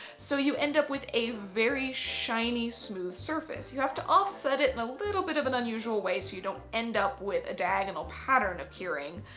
so you end up with a very shiny, smooth surface. you have to offset it in a little bit of an unusual way so you don't end up with a diagonal pattern appearing.